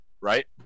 Right